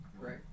Right